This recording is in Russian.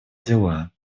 дела